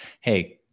hey